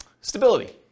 stability